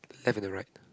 have in the right